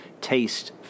taste